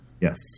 Yes